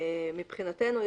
מבחינתנו,